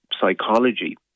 psychology